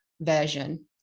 version